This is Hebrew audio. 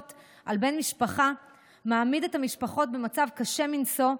על בן משפחה מעמיד את המשפחות במצב קשה מנשוא,